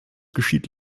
geschieht